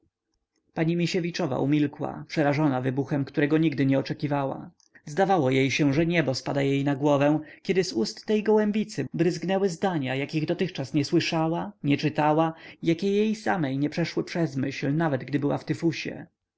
pani misiewiczowa umilkła przerażona wybuchem którego nigdy nie oczekiwała zdawało się że niebo spada jej na głowę kiedy z ust tej gołębicy bryzgnęły zdania jakich dotychczas nie słyszała nie czytała jakiej jej samej nie przeszły przez myśl nawet kiedy była w tyfusie